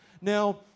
Now